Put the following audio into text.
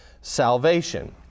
salvation